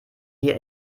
wir